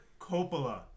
coppola